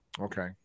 Okay